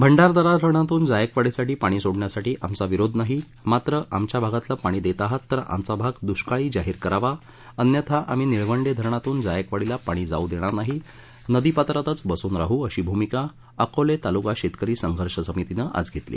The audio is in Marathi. भंडारदरा धरणातून जायकवाडी साठी पाणी सोडण्यासाठी आमचा विरोध नाही मात्र आमच्या भागातलं पाणी देत आहात तर आमचा भाग दुष्काळी जाहीर करावा अन्यथा आम्ही निळवंडे धरणातून जायकवाडीला पाणी जाऊ देणार नाही नदीपात्रात बसून राहू अशी भुमिका अकोले तालुका शेतकरी संघर्ष समितीनं आज घेतला